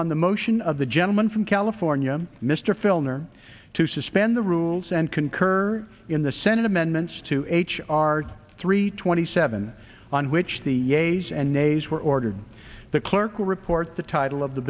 on the motion of the gentleman from california mr filner to suspend the rules and concur in the senate amendments to h r three twenty seven on which the yankees and nays were ordered the clerk will report the title of the